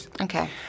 Okay